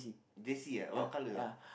jersey ah what colour ah